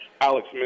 Alex